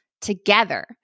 together